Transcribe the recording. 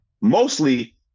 Mostly